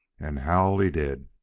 and howl he did,